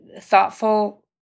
thoughtful